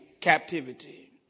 captivity